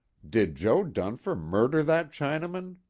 did jo. dunfer murder that chinaman?